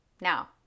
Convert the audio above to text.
now